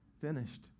finished